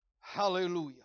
Hallelujah